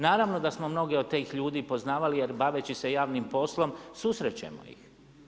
Naravno da smo mnoge od tih ljudi poznavali jer baveći se javnim poslom susrećemo ih.